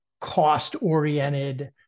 cost-oriented